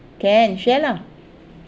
can share lah